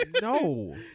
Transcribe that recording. no